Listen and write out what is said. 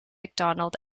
mcdonald